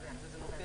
הנושא: